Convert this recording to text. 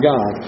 God